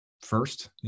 first